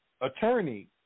attorney